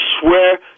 swear